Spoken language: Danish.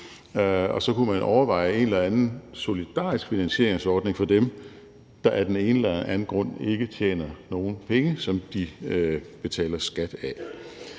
og så kunne man overveje en eller anden solidarisk finansieringsordning for dem, der af den ene eller den anden grund ikke tjener nogen penge, som de betaler skat af.